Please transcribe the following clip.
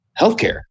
healthcare